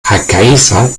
hargeysa